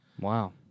Wow